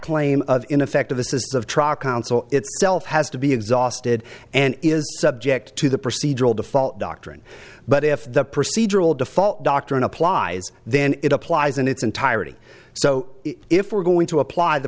claim in effect of this is of itself has to be exhausted and is subject to the procedural default doctrine but if the procedural default doctrine applies then it applies in its entirety so if we're going to apply the